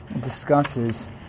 discusses